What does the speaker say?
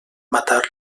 matar